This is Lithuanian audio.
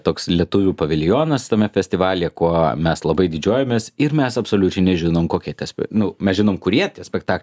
toks lietuvių paviljonas tame festivalyje kuo mes labai didžiuojamės ir mes absoliučiai nežinom kokie ties nu mes žinom kurie tie spekta